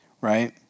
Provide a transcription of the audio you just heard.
right